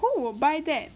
who would buy that